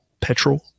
petrol